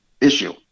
issue